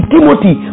Timothy